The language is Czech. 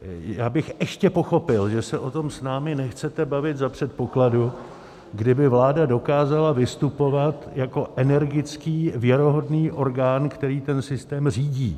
Já bych ještě pochopil, že se o tom s námi nechcete bavit za předpokladu, kdyby vláda dokázala vystupovat jako energický věrohodný orgán, který ten systém řídí.